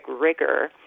rigor